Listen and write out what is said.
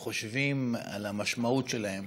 חושבים על המשמעות שלהם